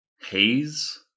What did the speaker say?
Haze